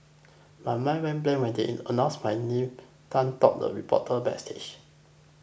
my mind went blank when they announced my name Tan told reporter backstage